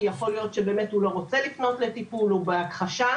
כי יכול להיות שבאמת הוא לא רוצה לפנות לטיפול או שהוא בהכחשה.